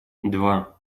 два